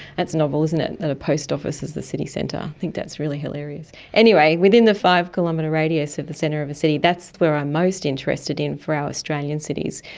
that's novel, isn't it, that a post office is the city centre. i think that's really hilarious. anyway, within the five-kilometre radius of the centre of a city, that's where i am most interested in for our australian cities,